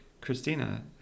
Christina